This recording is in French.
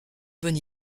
bonne